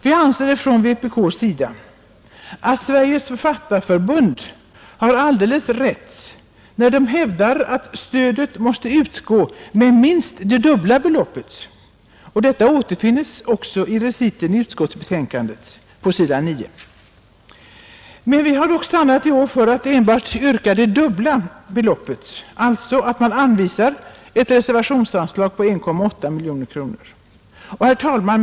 Vi anser från vpk:s sida att Sveriges författarförbund har alldeles rätt när det hävdar att stödet måste utgå med minst det dubbla beloppet. Detta nämnes också i reciten i utskottsbetänkandet. I reservationen har vi dock stannat för att i år yrka enbart dubbla beloppet, alltså att det anvisas ett reservationsanslag på 1,8 miljoner kronor. Herr talman!